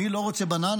מי לא רוצה בננה?